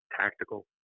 tactical